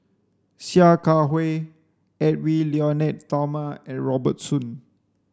Sia Kah Hui Edwy Lyonet Talma and Robert Soon